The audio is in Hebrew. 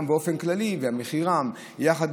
גם בגלל מחירם וגם באופן כללי,